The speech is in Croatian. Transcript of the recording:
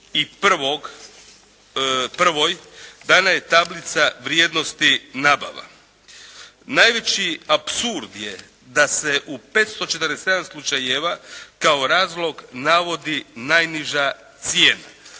31 dana je tablica vrijednosti nabava. Najveći apsurd je da se u 547 slučajeva kao razlog navodi najniža cijena.